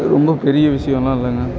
ரொம்ப பெரிய விஷயம்லாம் இல்லைங்க